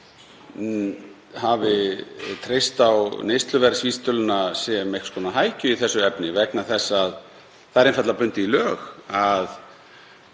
hafi treyst á neysluverðsvísitöluna sem einhvers konar hækju í þessu efni vegna þess að það er einfaldlega bundið í lög,